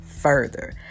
further